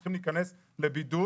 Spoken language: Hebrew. שצריכים להיכנס לבידוד.